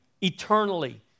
eternally